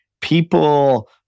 people